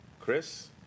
Chris